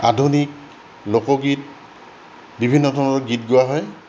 আধুনিক লোকগীত বিভিন্ন ধৰণৰ গীত গোৱা হয়